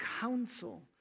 counsel